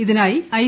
ഇതിനായി ഐ